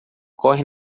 corre